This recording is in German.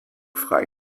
frei